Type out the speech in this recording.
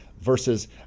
versus